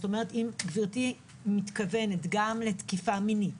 אם גברתי מתכוונת גם לתקיפה מינית,